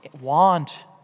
want